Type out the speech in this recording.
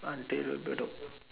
until Bedok